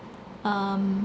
um